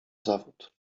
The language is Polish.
zawód